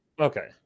Okay